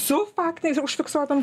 su faktais užfiksuotom